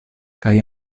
kaj